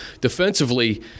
Defensively